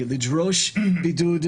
ולשאול אם אפשר לחיות אתו לאורך